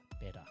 better